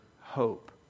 hope